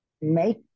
make